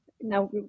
now